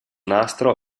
nastro